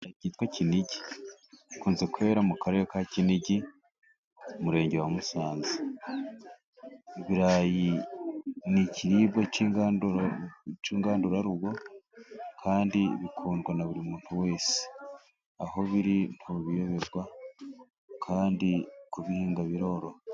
Ibirayi byitwa kinigi bikunze kwera mu karere ka Kinigi, umurenge wa Musanze. Ibirayi ni ikiribwa cy'ingandurarugo kandi bikundwa na buri muntu wese, aho biri ntubiyoberwa kandi kubihinga biroroha.